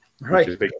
Right